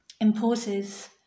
imposes